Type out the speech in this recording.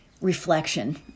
reflection